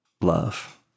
love